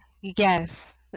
Yes